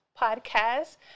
podcast